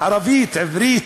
ערבית, עברית,